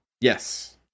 Yes